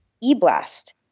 e-blast